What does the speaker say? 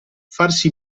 farsi